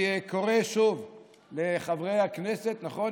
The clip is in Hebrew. אני קורא שוב לחברי הכנסת, נכון?